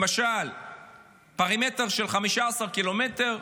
למשל פרימטר של 15 ק"מ,